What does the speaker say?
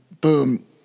boom